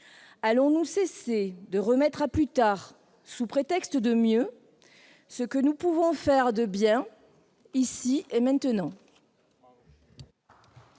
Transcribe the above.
Allons-nous cesser de remettre à plus tard, sous prétexte d'un mieux, ce que nous pouvons faire de bien ici et maintenant ?